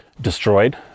destroyed